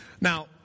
Now